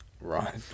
Right